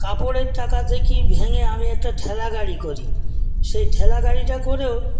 কাপড়ের টাকা থেকে ভেঙে আমি একটা ঠেলাগাড়ি করি সে ঠেলাগাড়িটা করেও